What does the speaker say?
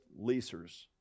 leasers